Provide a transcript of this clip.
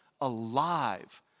alive